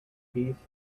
beef